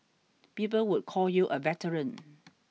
people would call you a veteran